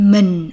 Mình